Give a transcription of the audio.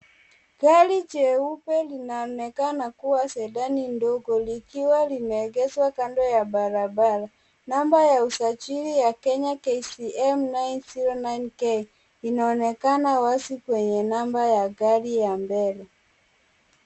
Gari jeupe linaonekana kuwa Sendani ndogo likiwa limeegeshwa kando ya barabara. Namba ya usajili ya Kenya KCM 909K inaonekana wazi kwenye namba ya gari ya mbele.